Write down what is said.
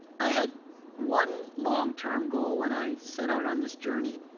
i had one long term goal when i set out on this journey,